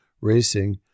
racing